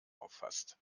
auffasst